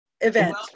event